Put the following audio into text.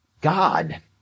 God